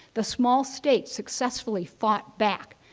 the small states successfully fought back.